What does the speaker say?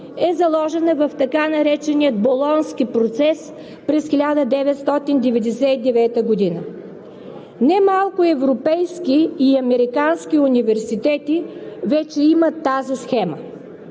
е заложена в така наречения Болонски процес през 1999 г. Немалко европейски и американски университети вече имат тази схема.